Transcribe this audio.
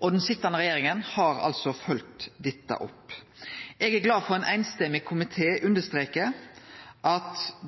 TISA. Den sittande regjeringa har altså følgt opp dette. Eg er glad for at ein samrøystes komité understreker